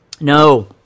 No